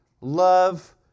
love